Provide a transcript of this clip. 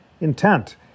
intent